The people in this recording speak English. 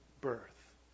birth